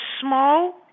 small